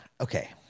okay